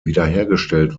wiederhergestellt